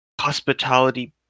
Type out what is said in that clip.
hospitality